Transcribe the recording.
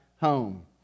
home